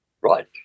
right